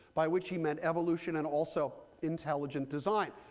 by which he meant evolution and also intelligent design.